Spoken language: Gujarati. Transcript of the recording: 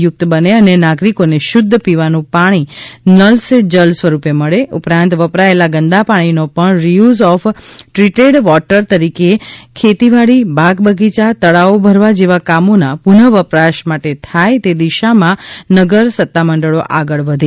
યુક્ત બને અને નાગરિકોને શુદ્ધ પીવાનું પાણી નલ સે જલ સ્વરૂપે મળે ઉપરાંત વપરાયેલા ગંદા પાણીનો પણ રિયુઝ ઓફ દ્રીટેડ વોટર તરીકે ખેતીવાડી બાગ બગીયા તળાવો ભરવા જેવા કામોમાં પુનઃ વપરાશ થાય તે દિશામાં નગર સત્તામંડળી આગળ વધે